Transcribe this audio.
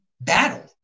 battle